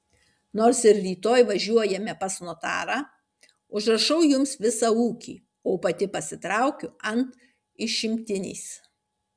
nors ir rytoj važiuojame pas notarą užrašau jums visą ūkį o pati pasitraukiu ant išimtinės